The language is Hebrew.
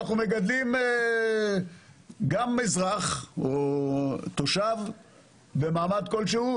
אנחנו מגדלים גם אזרח או תושב במעמד כלשהו,